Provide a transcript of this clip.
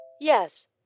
Yes